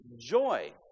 joy